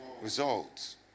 Results